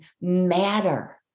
matter